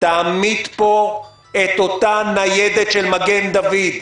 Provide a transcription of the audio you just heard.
תעמיד פה את אותה ניידת של מגן דוד,